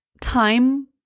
time